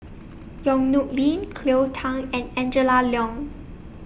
Yong Nyuk Lin Cleo Thang and Angela Liong